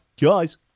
guys